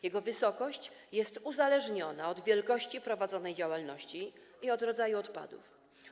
Jego wysokość jest uzależniona od wielkości prowadzonej działalności i od rodzaju odpadów.